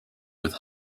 with